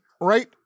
right